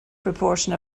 proportion